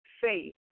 faith